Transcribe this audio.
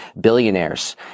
billionaires